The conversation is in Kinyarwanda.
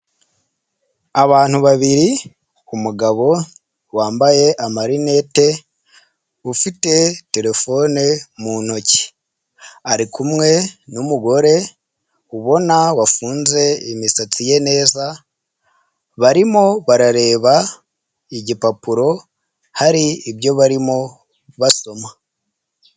Abantu babiri umugabo wambaye amarinete ufite terefone mu ntoki, ari kumwe n'umugore ubona wafunze imisatsi ye neza. Barimo barareba igipapuro hari ibyo barimo basoma.